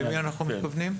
למי אנחנו מתכוונים?